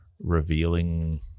Revealing